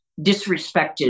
disrespected